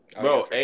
Bro